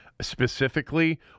specifically